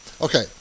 Okay